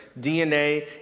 DNA